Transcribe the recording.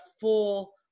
full